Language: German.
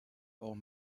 auch